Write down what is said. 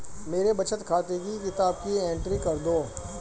मेरे बचत खाते की किताब की एंट्री कर दो?